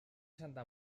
santa